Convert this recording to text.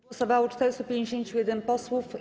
Głosowało 451 posłów.